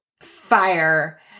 fire